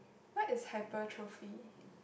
what is hypertrophy